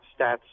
stats